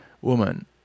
woman